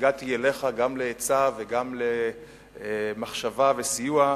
והגעתי אליך גם לעצה וגם למחשבה וסיוע,